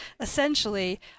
essentially